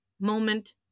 moment